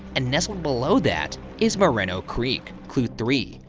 and nestled below that is moreno creek. clue three,